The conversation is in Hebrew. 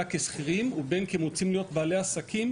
כשכירים ובין כי הם רוצים להיות בעלי עסקים.